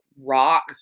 rock